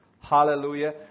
Hallelujah